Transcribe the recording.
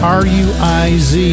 r-u-i-z